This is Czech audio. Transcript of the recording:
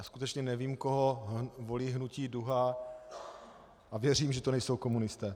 Skutečně nevím, koho volí hnutí DUHA, a věřím, že to nejsou komunisté.